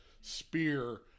spear